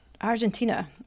Argentina